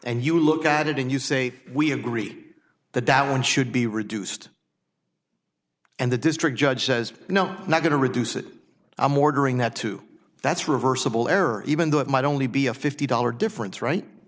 and you look at it and you say we agree that that one should be reduced and the district judge says no i'm not going to reduce it i'm ordering that too that's reversible error even though it might only be a fifty dollar difference right